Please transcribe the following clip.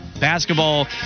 basketball